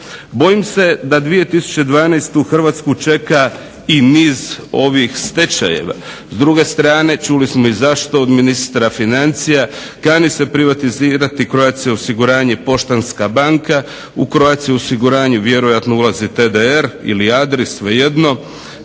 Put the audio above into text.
Bojim se da 2012. Hrvatsku čeka i niz stečajeva. S druge strane čuli smo i zašto od ministra financija, kani se privatizirati Croatia osiguranje, Poštanska banka. U Croatia osiguranju vjerojatno ulaze TDR ili Adris svejedno.